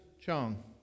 Chong